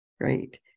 Great